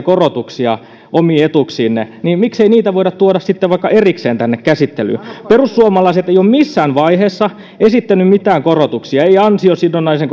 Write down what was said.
korotuksia omiin etuuksiinne miksei niitä voida tuoda vaikka erikseen tänne käsittelyyn perussuomalaiset eivät ole missään vaiheessa esittäneet mitään korotuksia eivät ansiosidonnaisen